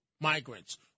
migrants